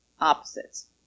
opposites